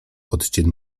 odcień